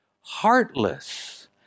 Heartless